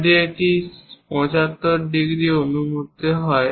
যদি এটি 75 ডিগ্রী অনুমিত হয়